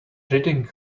reading